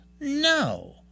No